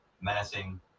menacing